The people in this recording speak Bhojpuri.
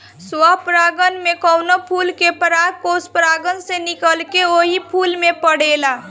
स्वपरागण में कवनो फूल के परागकोष परागण से निकलके ओही फूल पे पड़ेला